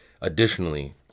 Additionally